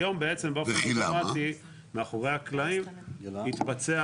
היום בעצם באופן אוטומטי מאחורי הקלעים תתבצע